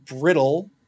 brittle